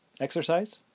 exercise